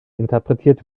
interpretiert